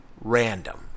random